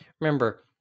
remember